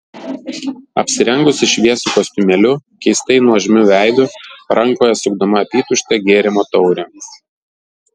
apsirengusi šviesiu kostiumėliu keistai nuožmiu veidu rankoje sukdama apytuštę gėrimo taurę